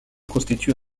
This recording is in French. constitue